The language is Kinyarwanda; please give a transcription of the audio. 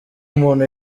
umuntu